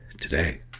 today